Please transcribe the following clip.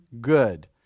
good